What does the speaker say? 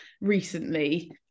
recently